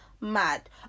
mad